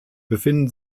befinden